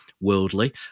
worldly